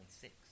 six